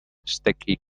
sticky